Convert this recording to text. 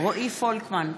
רועי פולקמן,